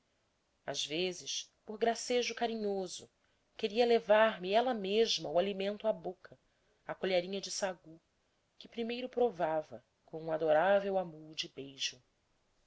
às vezes por gracejo carinhoso queria levar-me ela mesma o alimento à boca a colherinha de sagu que primeiro provava com um adorável amuo de beijo